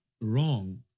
wrong